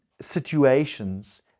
situations